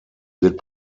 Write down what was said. wird